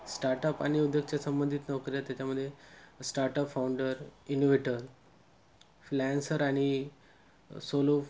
startup आणि उद्योगाच्या संबंधित नोकऱ्या त्याच्यामध्ये स्टार्टअप फाऊंडर इन्वेटर फ्लॅन्सर आणि सोलो